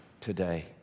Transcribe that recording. today